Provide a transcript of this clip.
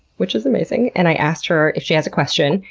which is amazing, and i asked her if she has a question.